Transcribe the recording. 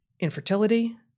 infertility